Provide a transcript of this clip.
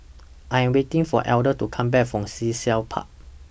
I Am waiting For Elder to Come Back from Sea Shell Park